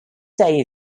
day